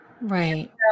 Right